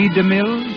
DeMille